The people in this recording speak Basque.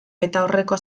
betaurreko